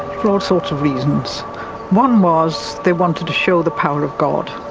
for all sorts of reasons one was they wanted to show the power of god,